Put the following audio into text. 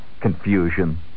confusion